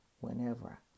whenever